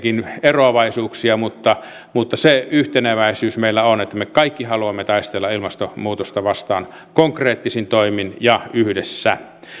eroavaisuuksia mutta mutta se yhteneväisyys meillä on että me kaikki haluamme taistella ilmastonmuutosta vastaan konkreettisin toimin ja yhdessä